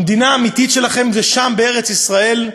המדינה האמיתית שלכם היא שם, בארץ-ישראל.